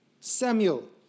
Samuel